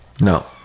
No